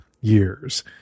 years